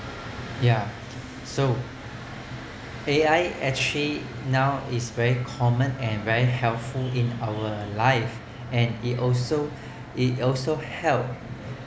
ya so A_I actually now it's very common and very helpful in our lives and it also it also helps